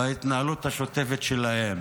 בהתנהלות השוטפת שלהם.